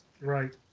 Right